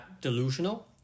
delusional